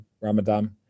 Ramadan